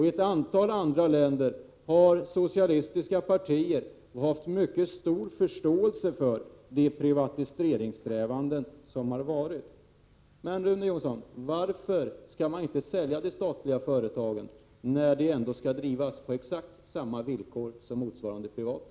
I ett antal andra länder har socialistiska partier haft mycket stor förståelse för de privatiseringssträvanden som förekommit. Men, Rune Jonsson, varför skall man inte sälja de statliga företagen, när de ändå skall drivas på exakt samma villkor som motsvarande privata?